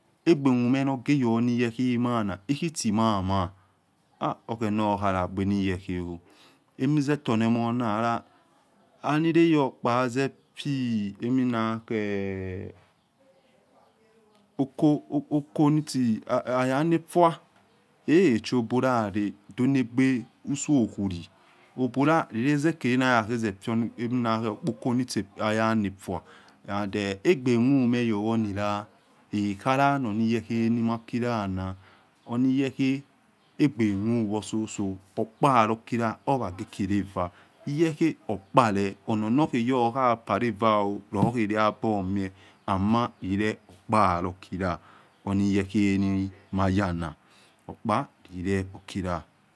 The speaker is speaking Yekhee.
Ogbemumeh nokhe yoni iyekhei mahna lukhi tsi mahmah oghena khalagbe ni iyekhei oh emize tonemona khala anileyokpaze fii eminakhe oko oko notsi ayana fua ekheshobolare donagbe usokwili obolalila khezekonayaze fio onukpoko nitsoaya nafua ande egbe mumenila ekhala nono iyekhei nilaki lana egbe kmuwo soso okpa lokhila owagekhila eva iyekha okpa ononokhe yo oya falava lokhehabumio ama ileokpa lokhola oni iyekhii nimayana okpa lile okhila.